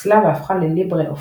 פוצלה והפכה לליברה אופיס.